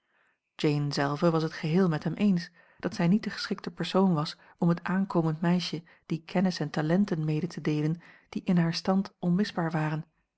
jane zelve was het geheel met hem eens dat zij niet de geschikte persoon was om het aankomend meisje die kennis en talenten mede te deelen die in haar stand onmisbaar waren